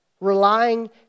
Relying